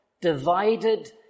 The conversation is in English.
divided